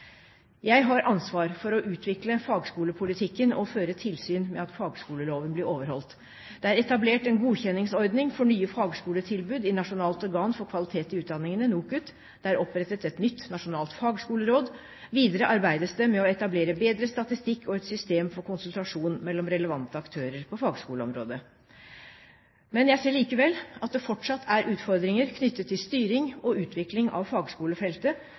Jeg har ansvar for å utvikle fagskolepolitikken og føre tilsyn med at fagskoleloven blir overholdt. Det er etablert en godkjenningsordning for nye fagskoletilbud i Nasjonalt organ for kvalitet i utdanningen, NOKUT. Det er opprettet et nytt nasjonalt fagskoleråd. Videre arbeides det med å etablere bedre statistikk og et system for konsultasjon mellom relevante aktører på fagskoleområdet. Jeg ser likevel at det fortsatt er utfordringer knyttet til styring og utvikling av fagskolefeltet